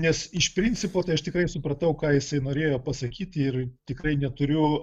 nes iš principo tai aš tikrai supratau ką jisai norėjo pasakyti ir tikrai neturiu